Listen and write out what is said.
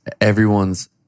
everyone's